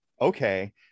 Okay